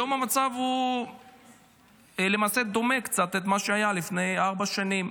היום המצב למעשה דומה קצת למה שהיה לפני ארבע שנים.